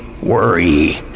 Worry